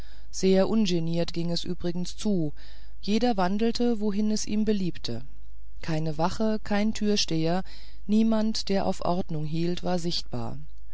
sehr ungeniert ging es übrigens zu jeder wandelte wohin es ihm beliebte keine wache kein türsteher niemand der auf ordnung hielte war sichtbar